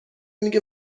میگه